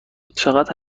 چقدر